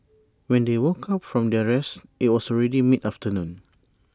when they woke up from their rest IT was already mid afternoon